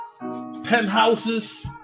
Penthouses